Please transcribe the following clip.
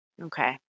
Okay